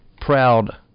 proud